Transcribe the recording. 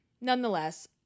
nonetheless